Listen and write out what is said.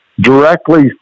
directly